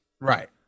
Right